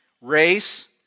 race